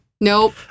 nope